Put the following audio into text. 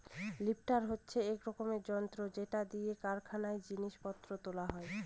lifter হচ্ছে এক রকমের যন্ত্র যেটা দিয়ে কারখানায় জিনিস পত্র তোলা হয়